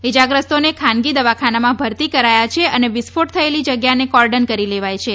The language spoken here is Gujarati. ઇજાગ્રસ્તોને ખાનગી દવાખાનામાં ભર્તી કરાયા છે અને વિસ્ફોટ થયેલી જગ્યાને કોર્ડન કરી લેવાઇ છે